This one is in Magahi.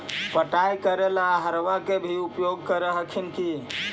पटाय करे ला अहर्बा के भी उपयोग कर हखिन की?